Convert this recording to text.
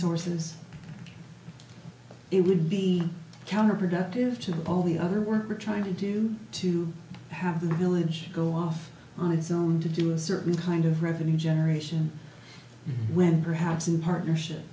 sources it would be counterproductive to all the other we're trying to do to have the village go off on its own to do a certain kind of revenue generation when perhaps in partnership